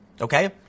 okay